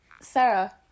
Sarah